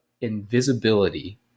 invisibility